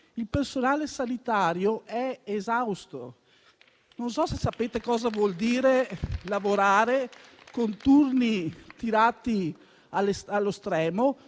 Il personale sanitario è esausto. Non so se sapete cosa voglia dire lavorare con turni tirati allo stremo,